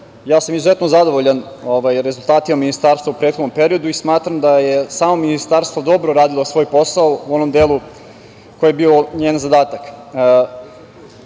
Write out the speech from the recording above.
Izuzetno sam zadovoljan rezultatima Ministarstva u prethodnom periodu i smatram da je samo Ministarstvo dobro radilo svoj posao u onom delu koji je bio njen zadatak. Kada